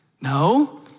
No